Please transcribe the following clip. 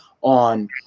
on